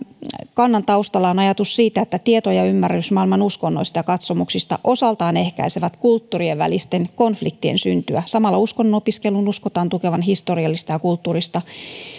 kannan taustalla on ajatus siitä että tieto ja ymmärrys maailman uskonnoista ja katsomuksista osaltaan ehkäisevät kulttuurien välisten konfliktien syntyä ja samalla uskonnon opiskelun uskotaan tukevan historiallista ja kulttuurista